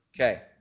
Okay